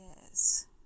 Yes